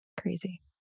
crazy